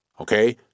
okay